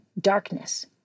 darkness